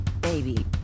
baby